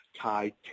tied